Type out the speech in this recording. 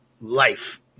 Life